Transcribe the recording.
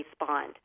respond